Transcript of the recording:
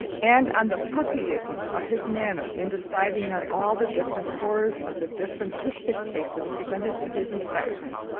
and on the puppyism of his manner in deciding on all the different horrors of the different toothpick-cases presented to his inspection,